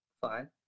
Fine